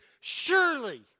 surely